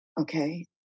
Okay